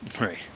Right